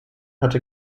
hatte